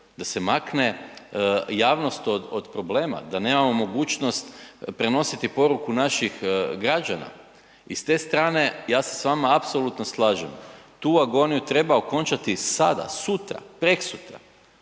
da se makne javnost od problema, da nemamo mogućnost prenositi poruku naših građana i s te strane, ja se s vama apsolutno slažem, tu agoniju treba okončati sada, sutra, preksutra